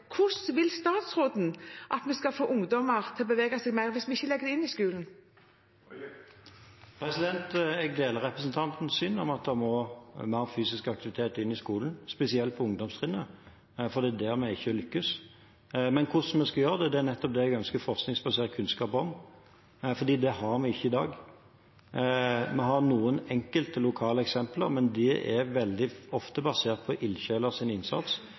Hvordan vil statsråden at vi skal få ungdommer til å bevege seg mer hvis vi ikke legger det inn i skolen? Jeg deler representantens syn om at det må mer fysisk aktivitet inn i skolen, spesielt på ungdomstrinnet, for det er der vi ikke lykkes. Men hvordan vi skal gjøre det, er nettopp det jeg ønsker forskningsbasert kunnskap om, for det har vi ikke i dag. Vi har noen enkelte lokale eksempler, men det er veldig ofte basert på